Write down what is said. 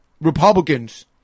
Republicans